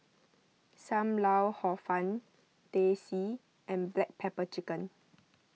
Sam Lau Hor Fun Teh C and Black Pepper Chicken